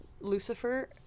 Lucifer